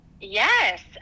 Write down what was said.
Yes